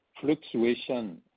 fluctuation